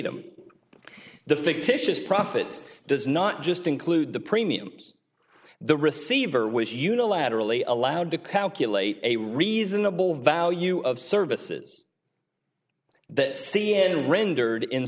them the fictitious profits does not just include the premiums the receiver was unilaterally allowed to calculate a reasonable value of services that c n rendered in